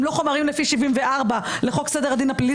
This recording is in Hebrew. לא חומרים לפי 74 לחוק סדר הדין הפלילי.